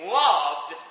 loved